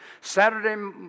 Saturday